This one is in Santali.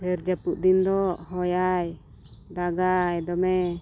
ᱰᱷᱮᱹᱨ ᱡᱟᱹᱯᱩᱫ ᱫᱤᱱ ᱫᱚ ᱦᱚᱭᱟᱭ ᱫᱟᱜᱟᱭ ᱫᱚᱢᱮ